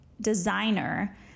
designer